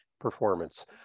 performance